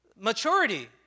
maturity